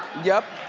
yup.